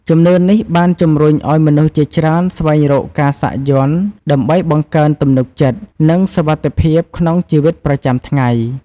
ជំនឿនេះបានជំរុញឱ្យមនុស្សជាច្រើនស្វែងរកការសាក់យ័ន្តដើម្បីបង្កើនទំនុកចិត្ត និងសុវត្ថិភាពក្នុងជីវិតប្រចាំថ្ងៃ។